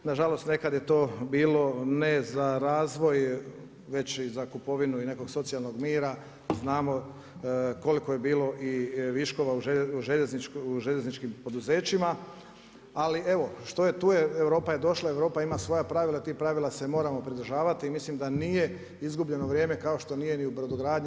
Nažalost, nekad je to bilo ne za razvoj već za kupovinu nekog socijalnog mira. znamo koliko je bilo i viškova u željezničkim poduzećima, ali evo, što je tu, Europa je došla, Europa ima svoja pravila, tih pravila se moramo pridržavati, mislim da nije izgubljeno vrijeme kao što nije ni u brodogradnji.